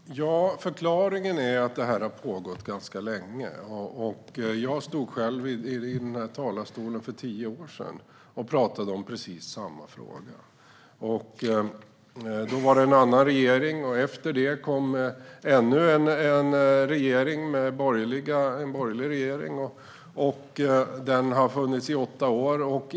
Herr talman! Förklaringen är att detta har pågått ganska länge. Jag stod själv i denna talarstol för tio år sedan och talade om precis samma fråga. Då var det en annan regering. Efter det kom det en borgerlig regering som satt i åtta år.